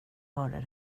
hörde